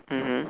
mmhmm